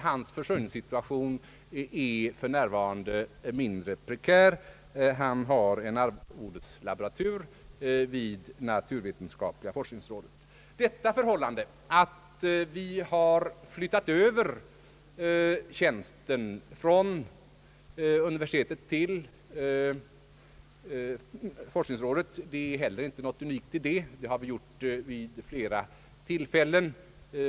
Hans försörjningssituation är dock för närvarande mindre prekär. Han har en arvodeslaboratur vid naturvetenskapliga forskningsrådet. Det förhållandet att vi har flyttat över tjänsten från universitetet till forskningsrådet är heller inte något unikt. Det har vi gjort vid flera tillfällen.